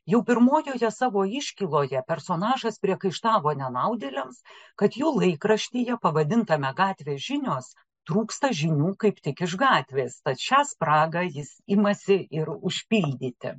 jau pirmojoje savo iškyloje personažas priekaištavo nenaudėliams kad jų laikraštyje pavadintame gatvės žinios trūksta žinių kaip tik iš gatvės tad šią spragą jis imasi ir užpildyti